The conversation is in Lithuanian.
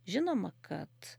žinoma kad